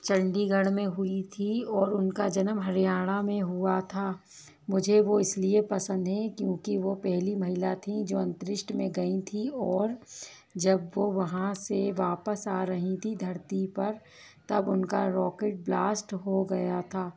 चंडीगढ़ में हुई थी और उनका जन्म हरियाणा में हुआ था मुझे वो इसलिए पसंद हैं क्योंकि वो पहली महिला थीं जो अंतरिक्ष में गईं थीं और जब वो वहाँ से वापस आ रहीं थीं धरती पर तब उनका रॉकेट ब्लास्ट हो गया था